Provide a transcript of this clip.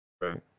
Right